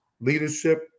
leadership